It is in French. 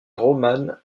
roman